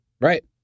Right